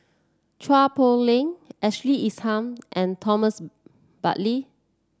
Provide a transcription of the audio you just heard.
Chua Poh Leng Ashley Isham and Thomas Braddell